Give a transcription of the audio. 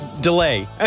delay